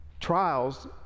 trials